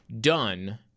done